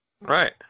Right